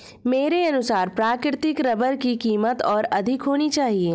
मेरे अनुसार प्राकृतिक रबर की कीमत और अधिक होनी चाहिए